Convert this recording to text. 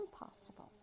impossible